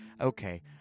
Okay